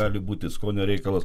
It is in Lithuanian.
gali būti skonio reikalas